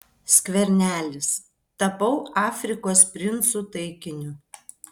skvernelis tapau afrikos princų taikiniu